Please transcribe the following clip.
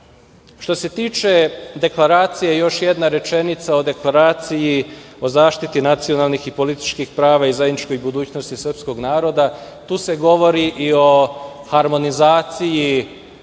se tiče deklaracije, još jedna rečenica o Deklaraciji o zaštiti nacionalnih i političkih prava i zajedničkoj budućnosti srpskog naroda, tu se govori i o harmonizaciji